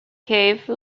cave